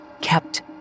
kept